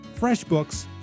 FreshBooks